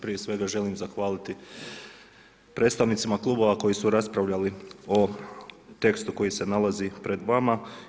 Prije svega želim zahvaliti predstavnicima klubova koji su raspravljali o tekstu koji se nalazi pred vama.